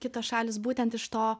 kitos šalys būtent iš to